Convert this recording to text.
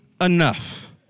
enough